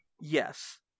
Yes